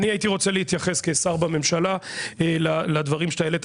אני הייתי רוצה להתייחס כשר בממשלה לדברים שאתה העלית,